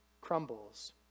crumbles